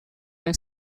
een